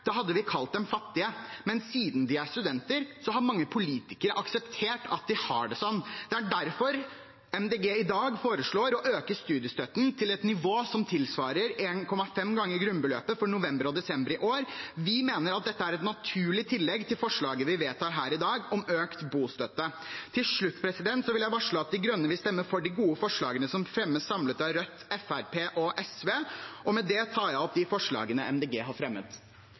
hadde vi kalt dem fattige, men siden de er studenter, har mange politikere akseptert at de har det sånn. Det er derfor MDG i dag foreslår å øke studiestøtten til et nivå som tilsvarer 1,5 ganger grunnbeløpet for november og desember i år. Vi mener at dette er et naturlig tillegg til forslaget vi vedtar her i dag om økt bostøtte. Til slutt vil jeg varsle at De Grønne vil stemme for de gode forslagene som fremmes samlet av Rødt, Fremskrittspartiet og SV. Med dette tar jeg opp de forslagene MDG har fremmet.